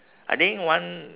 I think one